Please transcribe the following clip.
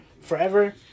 forever